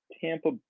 Tampa